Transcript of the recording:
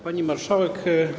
Pani Marszałek!